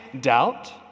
doubt